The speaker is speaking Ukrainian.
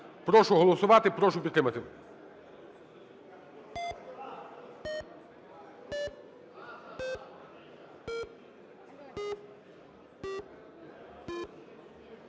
Прошу голосувати, прошу підтримати.